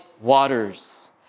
waters